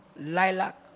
Lilac